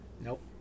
Nope